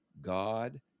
God